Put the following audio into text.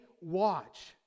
watch